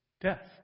death